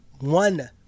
one